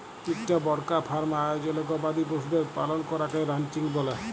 ইকটা বড়কা ফার্ম আয়জলে গবাদি পশুদের পালল ক্যরাকে রানচিং ব্যলে